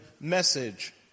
message